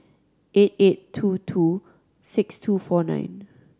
eight eight two two six two four nine